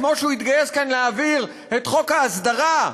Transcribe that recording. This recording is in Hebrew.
כמו שהוא התגייס כאן להעביר את חוק ההסדרה,